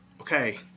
okay